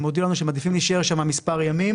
הם הודיעו לנו שהם מעדיפים להישאר שם מספר ימים